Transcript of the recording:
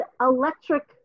electric